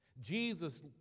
Jesus